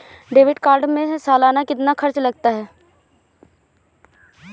Debit card में सालाना कितना खर्च लगता है?